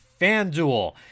FanDuel